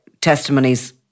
testimonies